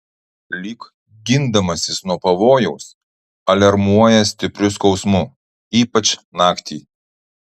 lyg gindamasis nuo pavojaus aliarmuoja stipriu skausmu ypač naktį